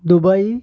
Dubai